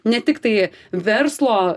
ne tiktai verslo